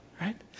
right